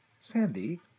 Sandy